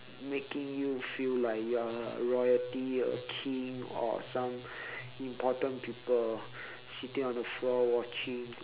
making you feel like you are a royalty a king or some important people sitting on the floor watching